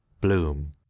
bloom